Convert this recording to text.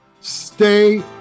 Stay